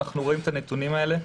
ואנחנו רואים את הנתונים האלה.